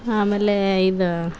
ಆಮೇಲೇ ಇದು